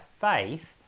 faith